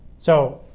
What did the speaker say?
so,